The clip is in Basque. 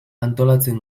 antolatzen